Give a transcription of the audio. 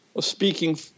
Speaking